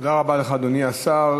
תודה רבה לך, אדוני השר.